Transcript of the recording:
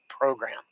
program